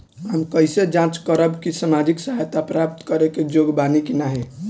हम कइसे जांच करब कि सामाजिक सहायता प्राप्त करे के योग्य बानी की नाहीं?